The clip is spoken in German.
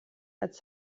als